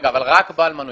דיברנו רק על בעל מנוי.